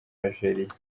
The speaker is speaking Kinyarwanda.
algeria